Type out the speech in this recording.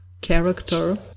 character